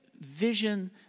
vision